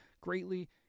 greatly